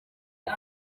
ari